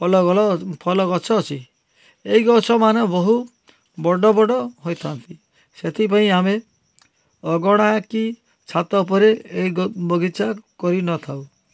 ଭଲ ଭଲ ଫଲ ଗଛ ଅଛି ଏଇ ଗଛମାନ ବହୁ ବଡ଼ ବଡ଼ ହୋଇଥାନ୍ତି ସେଥିପାଇଁ ଆମେ ଅଗଣା କି ଛାତ ଉପରେ ଏଇ ଗ ବଗିଚା କରିନଥାଉ